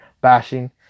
bashing